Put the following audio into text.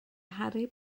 harry